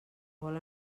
vol